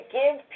give